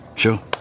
sure